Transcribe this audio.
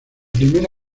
primera